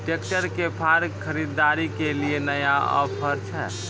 Tractor के फार खरीदारी के लिए नया ऑफर छ?